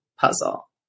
puzzle